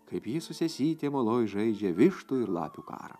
kaip ji su sesytėm oloj žaidžia vištų ir lapių karą